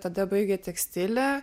tada baigia tekstilę